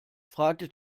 fragte